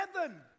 heaven